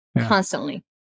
constantly